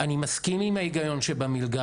נכון שאולי אתם, אנשי